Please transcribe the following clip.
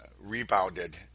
rebounded